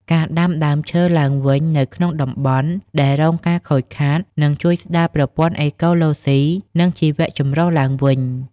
ការដាំដើមឈើឡើងវិញនៅក្នុងតំបន់ដែលរងការខូចខាតនឹងជួយស្តារប្រព័ន្ធអេកូឡូស៊ី និងជីវចម្រុះឡើងវិញ។